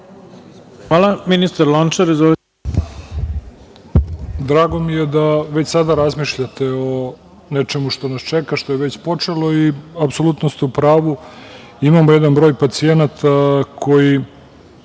**Zlatibor Lončar** Drago mi je da već sada razmišljate o nečemu što nas čeka, što je već počelo. Apsolutno ste u pravu, imamo jedan broj pacijenata koji